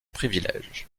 privilèges